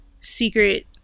secret